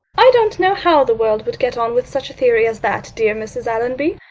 i don't know how the world would get on with such a theory as that, dear mrs. allonby.